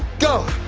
go.